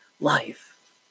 life